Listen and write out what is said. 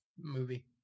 movie